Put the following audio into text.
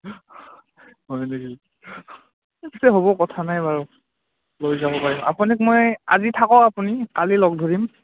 হয় নেকি তেতিয়া হ'ব কথা নাই বাৰু লৈ যাব পাৰিম আপোনাক মই আজি থাকক আপুনি কালি লগ ধৰিম